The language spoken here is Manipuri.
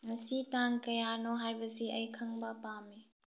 ꯉꯁꯤ ꯇꯥꯡ ꯀꯌꯥꯅꯣ ꯍꯥꯏꯕꯁꯤ ꯑꯩ ꯈꯪꯕ ꯄꯥꯝꯝꯤ